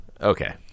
Okay